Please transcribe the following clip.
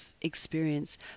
experience